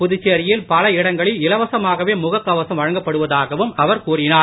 புதுச்சேரியில் பல இடங்களில் இலவசமாகவே முகக் கவசம் வழங்கப்படுவதாகவும் அவர் கூறினார்